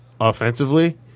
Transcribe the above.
offensively